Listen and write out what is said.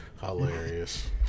Hilarious